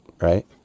right